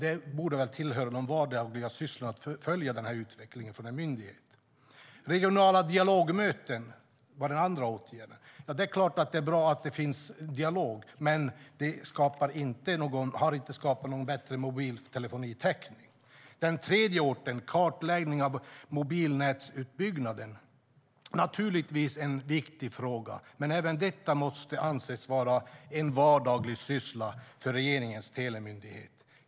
Det borde tillhöra de vardagliga sysslorna för en myndighet att följa utvecklingen. Regionala dialogmöten var den andra åtgärden. Det är bra att det finns en dialog, men det har inte skapat någon bättre mobiltelefonitäckning. Den tredje åtgärden var kartläggningen av mobilnätsutbyggnaden. Det är naturligtvis en viktig fråga, men även detta måste anses vara en vardaglig syssla för regeringens telemyndighet.